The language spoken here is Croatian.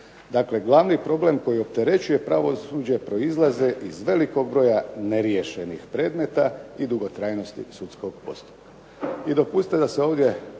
Dakle, glavni problem koji opterećuje pravosuđe proizlaze iz velikog broja neriješenih predmeta i dugotrajnosti sudskog postupka. I dopustite da se ovdje